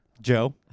Joe